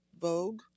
Vogue